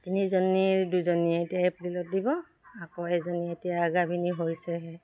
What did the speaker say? তিনিজনী দুজনী এতিয়া এপ্ৰিলত দিব আকৌ এজনী এতিয়া গাভিনী হৈছেহে